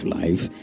life